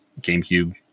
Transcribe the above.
GameCube